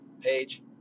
page